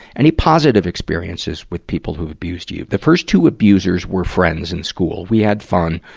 any positive experiences with people who abused you? the first two abusers were friends in school. we had fun,